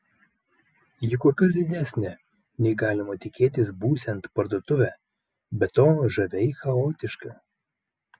ji kur kas didesnė nei galima tikėtis būsiant parduotuvę be to žaviai chaotiška